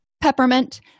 peppermint